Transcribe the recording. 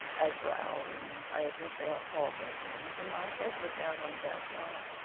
as for our rooms, i admit they are hall bedrooms, and mine does look out on the back yard.